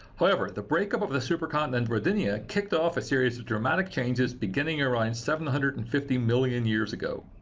however, the breakup of the supercontinent rodinia kicked off a series of dramatic changes beginning around seven hundred and fifty million years ago.